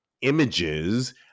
images